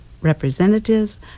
representatives